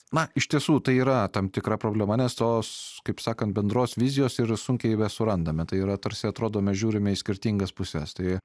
na iš tiesų tai yra tam tikra problema nes tos kaip sakant bendros vizijos yra sunkiai besurandame tai yra tarsi atrodo mes žiūrime į skirtingas puses tai